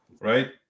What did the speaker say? right